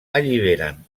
alliberen